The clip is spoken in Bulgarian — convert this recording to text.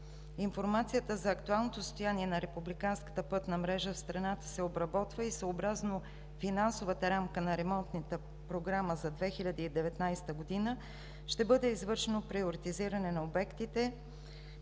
Информацията за актуалното състояние на републиканската пътна мрежа в страната се обработва и съобразно финансовата рамка на ремонтната програма за 2019 г. ще бъде извършено приоритизиране на обектите